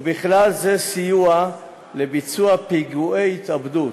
ובכלל זה סיוע לביצוע פיגועי התאבדות.